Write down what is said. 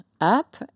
up